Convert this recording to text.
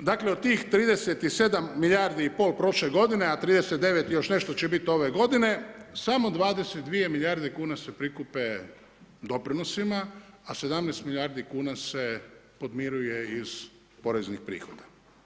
dakle od tih 37 milijardi i pol prošle godine, a 39 i još nešto će biti ove godine, samo 22 milijarde kuna se prikupe doprinosima, a 17 milijardi kuna se podmiruje iz poreznih prihoda.